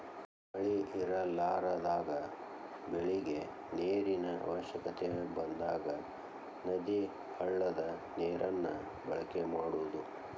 ಮಳಿ ಇರಲಾರದಾಗ ಬೆಳಿಗೆ ನೇರಿನ ಅವಶ್ಯಕತೆ ಬಂದಾಗ ನದಿ, ಹಳ್ಳದ ನೇರನ್ನ ಬಳಕೆ ಮಾಡುದು